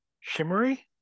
shimmery